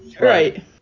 Right